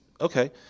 Okay